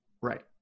Right